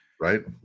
Right